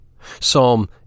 Psalm